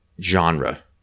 genre